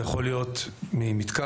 זה יכול להיות ממתקן,